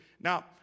Now